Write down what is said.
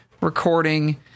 recording